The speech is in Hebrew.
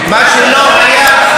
מה שלא היה,